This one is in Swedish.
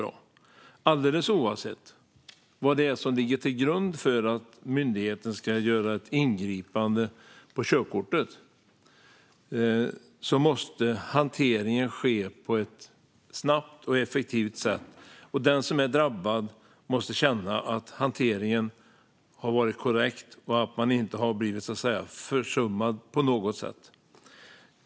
Men alldeles oavsett vad det är som ligger till grund för att myndigheten gör ett ingripande som gäller körkortet måste hanteringen ske på ett snabbt och effektivt sätt, och den som är drabbad måste känna att hanteringen varit korrekt och att man inte har blivit försummad på något sätt.